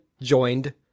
joined